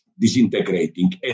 disintegrating